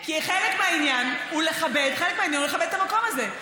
כי חלק מהעניין הוא לכבד את המקום הזה.